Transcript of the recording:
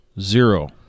Zero